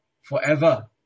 forever